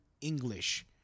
English